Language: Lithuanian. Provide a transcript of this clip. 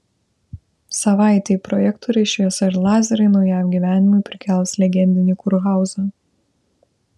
savaitei projektoriai šviesa ir lazeriai naujam gyvenimui prikels legendinį kurhauzą